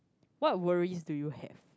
what worries do you have